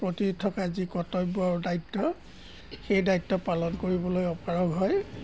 প্ৰতি থকা যি কৰ্তব্য আৰু দায়িত্ব সেই দায়িত্ব পালন কৰিবলৈ অপাৰগ হয়